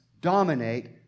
dominate